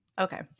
okay